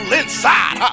inside